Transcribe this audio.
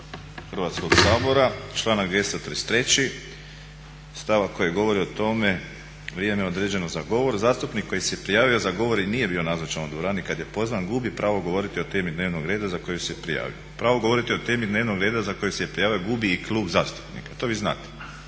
Hrvatskog sabora, članak 233. stavak koji govori o tome vrijeme određeno za govor zastupnik koji se prijavio za govor i nije bio nazočan u dvorani kad je pozvan gubi pravo govoriti o temi dnevnog reda za koju se prijavio. Pravo govoriti o temi dnevnog reda za koji se prijavio gubi i klub zastupnika. To vi znate.